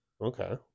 Okay